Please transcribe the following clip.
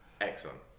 Excellent